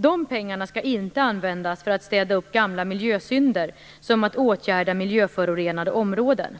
De pengarna skall inte användas för att städa upp efter gamla miljösynder som att åtgärda miljöförorenade områden.